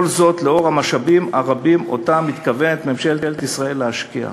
כל זה לאור המשאבים הרבים שממשלת ישראל מתכוונת להשקיע.